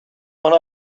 one